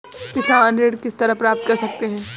किसान ऋण किस तरह प्राप्त कर सकते हैं?